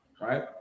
right